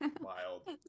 Wild